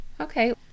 Okay